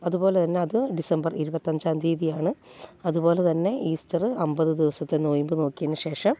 അതുപോലെ തന്നെ അത് ഡിസംബർ ഇരുപത്തഞ്ചാം തീയ്യതി ആണ് അതുപോലെ തന്നെ ഈസ്റ്ററ് അമ്പതു ദിവസത്തെ നൊയമ്പ് നോക്കിയതിന് ശേഷം